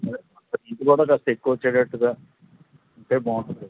అదే ఇది గూడా కాస్త క్కువచ్చేటట్టుగా ఉంటే బావుంటది